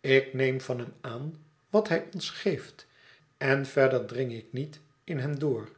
ik neem van hem aan wat hij ons geeft en verder dring ik niet in hem door